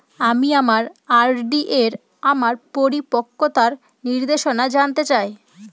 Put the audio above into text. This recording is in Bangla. আমি আমার আর.ডি এর আমার পরিপক্কতার নির্দেশনা জানতে চাই